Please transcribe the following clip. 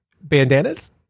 Bandanas